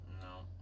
No